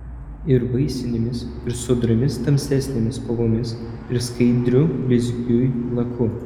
ir vaisinėmis ir sodriomis tamsesnėmis spalvomis ir skaidriu blizgiui laku